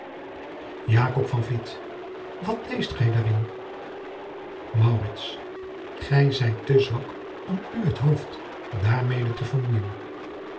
wat leest gij daarin maurits gij zijt te zwak om u het hoofd daarmede te vermoeijen